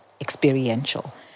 experiential